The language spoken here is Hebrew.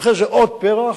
ואחרי זה עוד פרח,